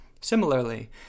Similarly